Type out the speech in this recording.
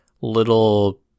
little